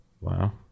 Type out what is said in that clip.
Wow